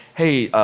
hey,